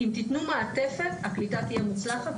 אם תתנו מעטפת הקליטה תהיה מוצלחת.